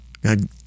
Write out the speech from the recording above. God